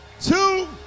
two